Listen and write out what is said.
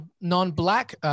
non-black